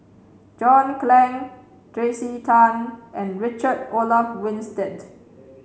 John Clang Tracey Tan and Richard Olaf Winstedt